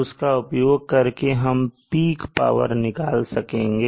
उसका उपयोग करके हम पीक पावर निकाल सकेंगे